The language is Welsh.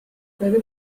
doedden